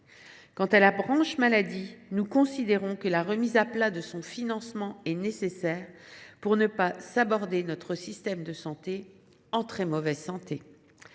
Quant à la branche maladie, nous considérons que la remise à plat de son financement est nécessaire pour ne pas saborder notre système de santé – en très mauvaise santé.